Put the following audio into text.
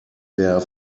der